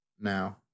Now